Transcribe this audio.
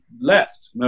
left